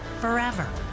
forever